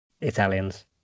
Italians